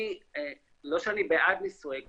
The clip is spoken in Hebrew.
לא שאני בעד נישואי קרובים,